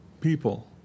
people